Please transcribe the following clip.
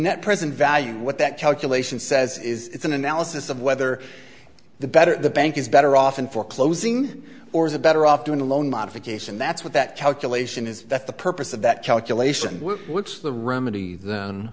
net present value what that calculation says is an analysis of whether the better the bank is better off in foreclosing or is a better off doing a loan modification that's what that calculation is that the purpose of that calculation what's the remedy then